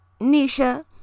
Nisha